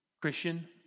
Christian